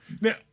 Now